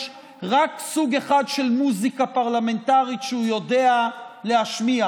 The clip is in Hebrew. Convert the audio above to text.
יש רק סוג אחד של מוזיקה פרלמנטרית שהוא יודע להשמיע.